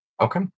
Okay